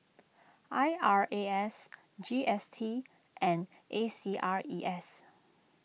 I R A S G S T and A C R E S